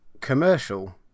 commercial